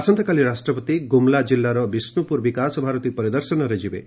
ଆସନ୍ତାକାଲି ରାଷ୍ଟ୍ରପତି ଗୁମ୍ଲା କିଲ୍ଲାର ବିଷ୍ଣୁପୁର ବିକାଶ ଭାରତୀ ପରିଦର୍ଶନରେ ଯିବେ